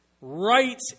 right